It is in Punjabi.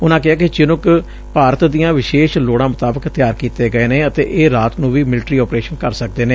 ਉਨਾਂ ਕਿਹਾ ਕਿ ਚੀਨੁਕ ਭਾਰਤ ਦੀਆਂ ਵਿਸ਼ੇਸ਼ ਲੋੜਾਂ ਮੁਤਾਬਿਕ ਤਿਆਰ ਕੀਤੇ ਗਏ ਨੇ ਅਤੇ ਇਹ ਰਾਤ ਨੂੰ ਵੀ ਮਿਲਟਰੀ ਆਪਰੇਸ਼ਨ ਕਰ ਸਕਦੇ ਨੇ